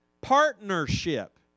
partnership